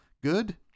good